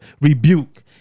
rebuke